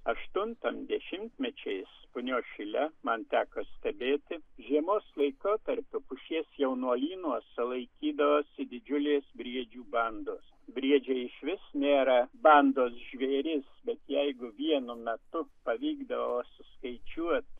aštuntam dešimtmečiais punios šile man teko stebėti žiemos laikotarpiu pušies jaunuolynuose laikydavosi didžiulės briedžių bandos briedžiai išvis nėra bandos žvėris bet jeigu vienu metu pavykdavo suskaičiuot